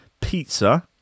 pizza